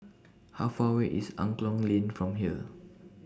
How Far away IS Angklong Lane from here